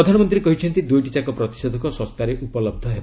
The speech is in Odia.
ପ୍ରଧାନମନ୍ତ୍ରୀ କହିଛନ୍ତି ଦୁଇଟିଯାକ ପ୍ରତିଷେଧକ ଶସ୍ତାରେ ଉପଲହ୍ଧ ହେବ